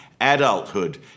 adulthood